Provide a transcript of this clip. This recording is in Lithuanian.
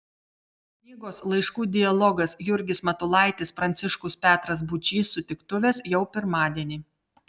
knygos laiškų dialogas jurgis matulaitis pranciškus petras būčys sutiktuvės jau pirmadienį